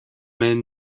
man